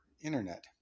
internet